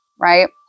right